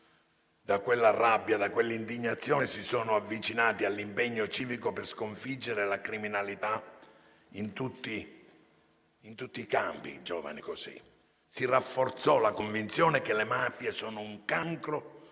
da quella rabbia, da quell'indignazione, si sono avvicinati all'impegno civico per sconfiggere la criminalità in tutti i campi. Si rafforzò la convinzione che le mafie sono un cancro